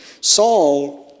Saul